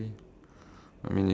um hmm